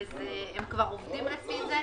והם כבר עובדים לפי זה.